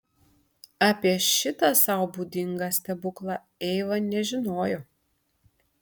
apie šitą sau būdingą stebuklą eiva nežinojo